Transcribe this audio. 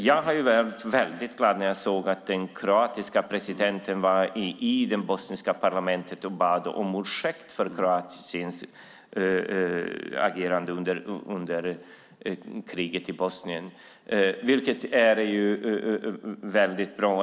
Jag blev mycket glad när jag såg att den kroatiske presidenten var i det bosniska parlamentet och bad om ursäkt för Kroatiens agerande under kriget i Bosnien. Det var mycket bra.